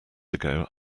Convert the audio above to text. ago